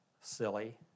silly